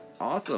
awesome